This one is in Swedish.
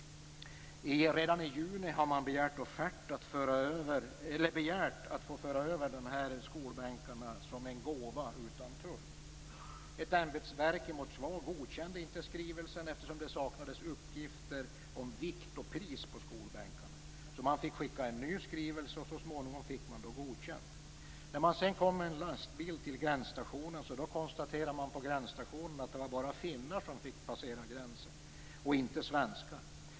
Redan i juni begärde man att få föra över skolbänkarna som en gåva utan tull. Ett ämbetsverk i Moskva godkände inte skrivelsen eftersom det saknades uppgifter om vikt och pris på skolbänkarna. Man fick skicka en ny skrivelse, och så småningom fick man godkänt. När man sedan kom med en lastbil till gränsstationen konstaterades att det bara var finnar som fick passera gränsen och inte svenskar.